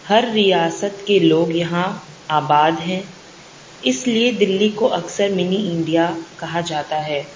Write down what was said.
ہر ریاست کے لوگ یہاں آباد ہیں اس لیے دلی کو اکثر منی انڈیا کہا جاتا ہے